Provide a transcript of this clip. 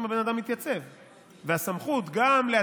אם הבן אדם מתייצב.